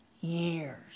years